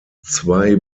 zwei